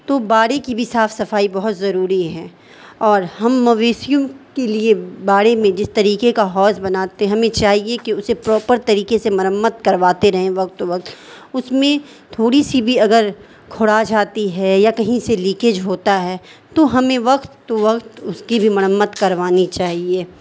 تو باڑی کی بھی صاف صفائی بہت ضروری ہے اور ہم مویشیوں کے لیے باڑی میں جس طریقے کا حوض بناتے ہمیں چاہیے کہ اسے پراپر طریقے سے مرمت کرواتے رہے وقت وقت اس میں تھوڑی سی بھی اگر خراش آتی ہے یا کہیں سے لیکیج ہوتا ہے تو ہمیں وقت وقت اس کی بھی مرمت کروانی چاہیے